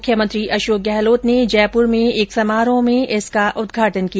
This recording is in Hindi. मुख्यमंत्री अशोक गहलोत ने जयपुर में एक समारोह में इसका उद्घाटन किया